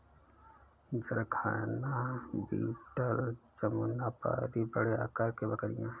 जरखाना बीटल जमुनापारी बड़े आकार की बकरियाँ हैं